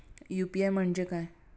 UPI म्हणजे काय?